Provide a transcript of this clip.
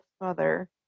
mother